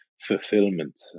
fulfillment